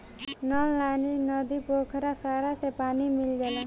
नल नाली, नदी, पोखरा सारा से पानी मिल जाला